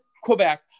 Quebec